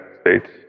States